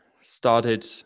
started